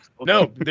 No